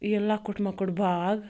یہِ لۄکُٹ مۄکُٹ باغ